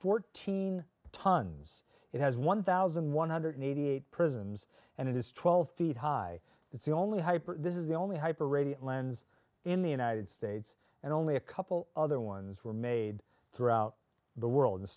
fourteen tons it has one thousand one hundred eighty eight prisons and it is twelve feet high it's the only hyper this is the only hyper radiant lens in the united states and only a couple other ones were made throughout the world is